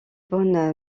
bonne